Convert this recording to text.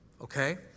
Okay